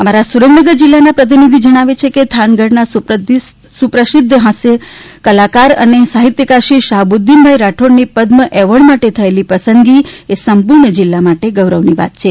અમારા સુરેન્દ્રનગર જિલ્લાના પ્રતિનિધિ જણાવે છે થાનગઢના સુપ્રસિદ્ધ ફાસ્યકાર અને સાહિત્યકાર શ્રી શાહબુદ્દીન ભાઇ રાઠોડની પદ્મ એવાર્ડ માટે થયેલી પસંદગી એ સંપૂર્ણ જીલ્લામાંટે ગૌરવની વાત છે